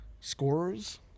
scorers